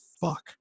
fuck